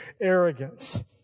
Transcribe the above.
arrogance